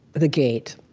the gate.